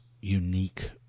unique